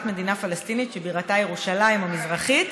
מדינה פלסטינית שבירתה ירושלים המזרחית,